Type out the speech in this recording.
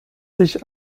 sich